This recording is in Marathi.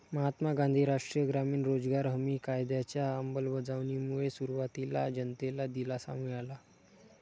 महात्मा गांधी राष्ट्रीय ग्रामीण रोजगार हमी कायद्याच्या अंमलबजावणीमुळे सुरुवातीला जनतेला दिलासा मिळाला